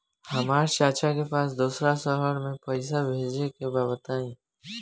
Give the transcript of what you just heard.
हमरा चाचा के पास दोसरा शहर में पईसा भेजे के बा बताई?